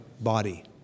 body